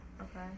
Okay